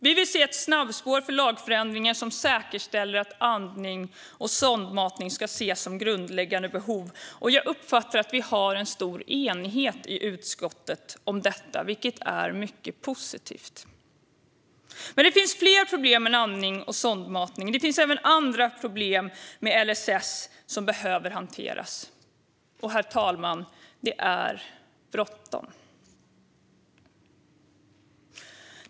Vi vill se ett snabbspår för lagförändringar som säkerställer att andning och sondmatning ska ses som grundläggande behov. Jag uppfattar att vi har en stor enighet i utskottet om detta, vilket är mycket positivt. Men det finns fler problem än andning och sondmatning. Det finns även andra problem med LSS som behöver hanteras. Det är bråttom.